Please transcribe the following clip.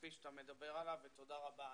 הכספי שאתה מדבר עליו ותודה רבה.